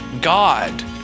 God